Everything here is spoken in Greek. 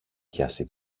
πιάσει